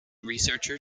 researcher